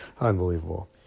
Unbelievable